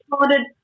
started